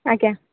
ଆଜ୍ଞା